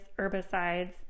herbicides